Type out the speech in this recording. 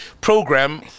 program